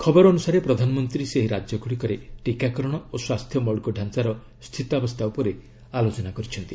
ଖବର ଅନୁସାରେ ପ୍ରଧାନମନ୍ତ୍ରୀ ସେହି ରାଜ୍ୟ ଗୁଡ଼ିକରେ ଟିକାକରଣ ଓ ସ୍ୱାସ୍ଥ୍ୟ ମୌଳିକ ଢାଞ୍ଚାର ସ୍ଥିତାବସ୍ଥା ଉପରେ ଆଲୋଚନା କରିଛନ୍ତି